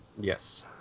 Yes